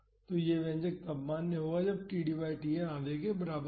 तो यह व्यंजक तब मान्य होता है जब td बाई Tn आधे के बराबर हो